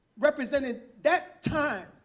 represented that time,